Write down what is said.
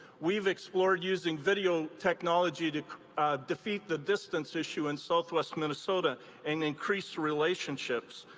we've explored using video technology to defeat the distance issue in southwest minnesota and increase relationships.